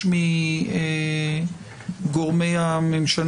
מגורמי הממשל,